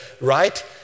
right